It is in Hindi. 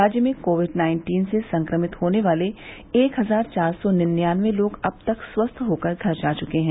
राज्य में कोविड नाइन्टीन से संक्रमित होने वाले एक हजार चार सौ निन्यानबे लोग अब तक स्वस्थ होकर घर जा चुके हैं